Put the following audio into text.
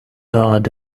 add